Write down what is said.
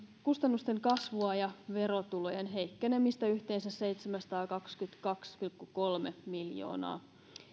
kustannusten kasvua ja verotulojen heikkenemistä yhteensä seitsemänsataakaksikymmentäkaksi pilkku kolme miljoonaa